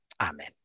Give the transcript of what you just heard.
Amen